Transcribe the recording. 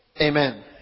Amen